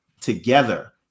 together